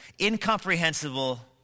incomprehensible